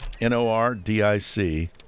N-O-R-D-I-C